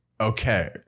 okay